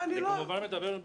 אני כמובן מדבר על